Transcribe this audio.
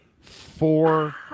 four